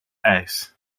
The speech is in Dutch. ijs